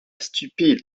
stupide